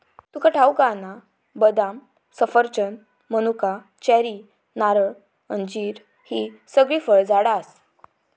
तुका ठाऊक हा ना, बदाम, सफरचंद, मनुका, चेरी, नारळ, अंजीर हि सगळी फळझाडा आसत